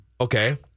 okay